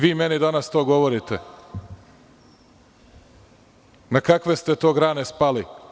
Vi meni danas to govorite, na kakve ste go grane spali?